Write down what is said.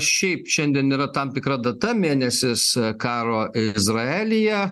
šiaip šiandien yra tam tikra data mėnesis karo izraelyje